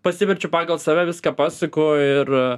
pasiverčiu pagal save viską pasuku ir